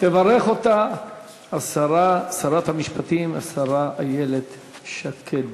תברך אותה השרה, שרת המשפטים, השרה איילת שקד.